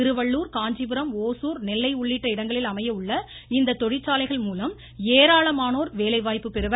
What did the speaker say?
திருவள்ளுர் காஞ்சிபுரம் ஒசூர் நெல்லை உள்ளிட்ட இடங்களில் அமைய உள்ள இந்த தொழிற்சாலைகள் மூலம் ஏராளமானோர் வேலைவாய்ப்பு பெறுவர்